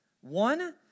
One